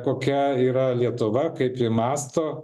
kokia yra lietuva kaip ji mąsto